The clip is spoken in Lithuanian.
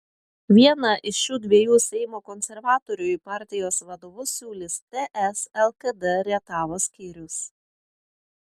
vieną iš šių dviejų seimo konservatorių į partijos vadovus siūlys ts lkd rietavo skyrius